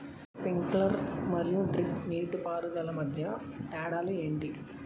Sprinkler మరియు drip నీటిపారుదల మధ్య తేడాలు ఏంటి?